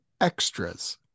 extras